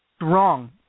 wrong